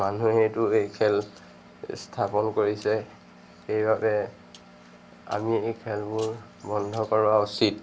মানুহেইটো এই খেল স্থাপন কৰিছে সেইবাবে আমি এই খেলবোৰ বন্ধ কৰোৱা উচিত